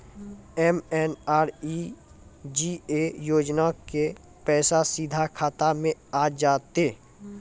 MNREGA योजना के पैसा सीधा खाता मे आ जाते?